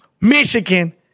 Michigan